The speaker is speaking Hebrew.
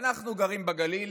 אנחנו גרים בגליל